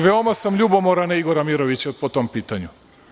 Veoma sam ljubomoran na Igora Mirovića po tom pitanju.